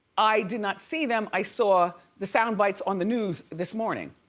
i did not see them. i saw the soundbites on the news this morning.